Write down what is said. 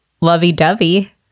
lovey-dovey